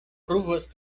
pruvas